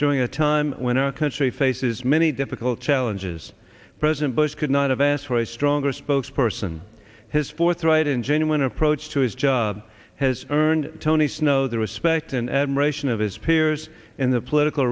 during a time when our country faces many difficult challenges president bush could not have asked for a stronger spokesperson his forthright and genuine approach to his job has earned tony snow the respect and admiration of his peers in the political